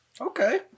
okay